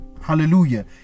Hallelujah